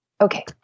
Okay